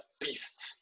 beasts